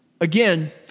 again